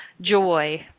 joy